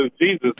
Jesus